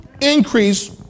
increase